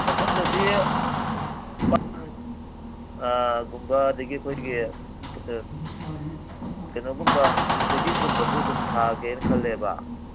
ꯃꯊꯪꯗꯗꯤ ꯒꯨꯝꯕ ꯑꯗꯒꯤ ꯑꯩꯈꯣꯏꯒꯤ ꯀꯩꯅꯣꯒꯨꯝꯕ ꯊꯣꯏꯗꯤꯡꯒꯨꯝꯕꯁꯨ ꯑꯗꯨꯝ ꯊꯥꯒꯦꯅ ꯈꯜꯂꯦꯕ